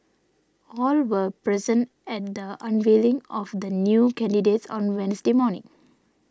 all were present at the unveiling of the new candidates on Wednesday morning